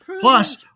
Plus